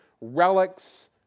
relics